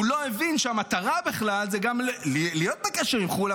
לא הבין שהמטרה היא בכלל גם להיות בקשר עם חו"ל,